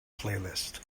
playlist